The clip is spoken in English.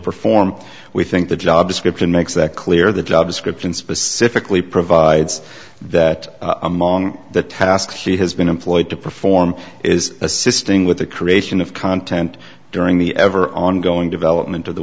perform we think the job description makes that clear the job description specifically provides that among the tasks she has been employed to perform is assisting with the creation of content during the ever ongoing development of the